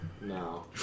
No